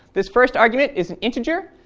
this first argument is an integer.